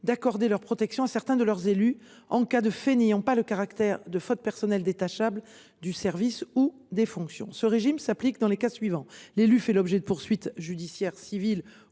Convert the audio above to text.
d’accorder leur protection à certains de leurs élus en cas de faits n’ayant pas le caractère de faute personnelle détachable du service ou des fonctions. Ce régime s’applique dans les cas suivants. Premièrement, l’élu fait l’objet de poursuites judiciaires civiles